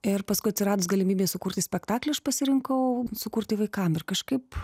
ir paskui atsiradus galimybei sukurti spektaklį aš pasirinkau sukurti vaikam ir kažkaip